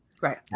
Right